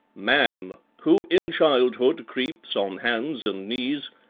man, who in childhood creeps on hands and knees,